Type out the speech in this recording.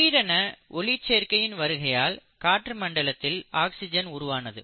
திடீரென ஒளிச்சேர்க்கையின் வருகையால் காற்று மண்டலத்தில் ஆக்சிஜன் உருவானது